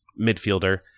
midfielder